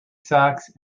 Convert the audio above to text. socks